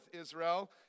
Israel